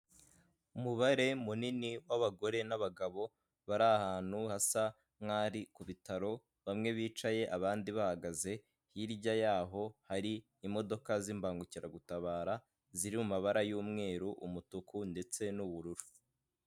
Abantu batandukanye barimo abagore n'abagabo bari mu cyumba cyabugenewe gukorerwamo inama kirimo ameza yabugenewe ndetse n'intebe z'umukara zicayemo abo bantu bafite n'ama mashini bari kwiga ku kibazo runaka cyabahurije aho hantu.